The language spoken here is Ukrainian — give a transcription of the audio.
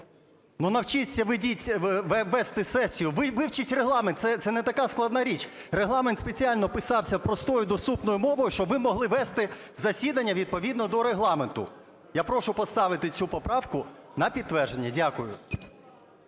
Ну, навчиться вести сесію. Вивчіть Регламент, це не така складна річ. Регламент спеціально писався простою, доступною мовою, щоб ви могли вести засідання відповідно до Регламенту. Я прошу поставити цю поправку на підтвердження. Дякую.